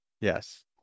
Yes